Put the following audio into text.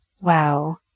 Wow